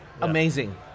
amazing